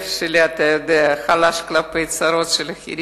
אתה יודע שהלב שלי חלש כלפי צרות של אחרים,